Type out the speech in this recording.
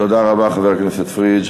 תודה רבה, חבר הכנסת פריג'.